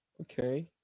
okay